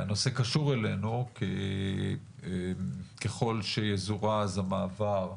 הנושא קשור אלינו כי ככל שיזורז המעבר